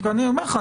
אני אומר לך,